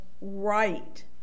right